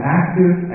active